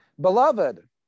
Beloved